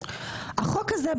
ההבדל.